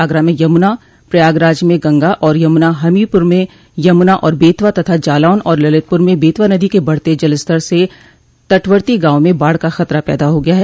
आगरा में यमुना प्रयागराज में गंगा और यमुना हमीरपुर में यमना और बेतवा तथा जालौन और ललितपुर में बेतवा नदी के बढ़ते जलस्तर से तटवर्ती गांव में बाढ़ का खतरा पैदा हो गया है